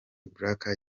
black